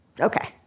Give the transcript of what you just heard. Okay